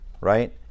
right